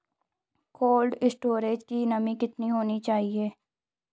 Cold storage की नमी कितनी होनी चाहिए?